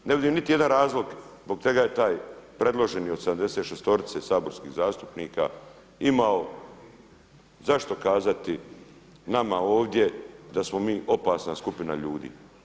Ne vidim niti jedan razlog zbog čega je taj predloženi od 76-orice saborskih zastupnika imao zašto kazati nama ovdje da smo mi opasna skupina ljudi.